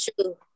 true